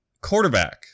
quarterback